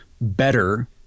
better